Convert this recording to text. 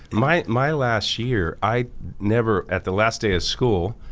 my my last year, i never, at the last day of school,